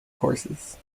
horses